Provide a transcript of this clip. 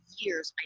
years